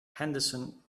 henderson